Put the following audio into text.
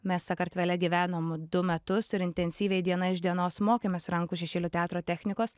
mes sakartvele gyvenom du metus ir intensyviai diena iš dienos mokėmės rankų šešėlių teatro technikos